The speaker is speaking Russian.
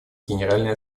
генеральной